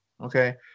Okay